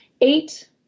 eight